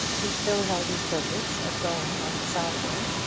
he still held his purpose of going on the saturday,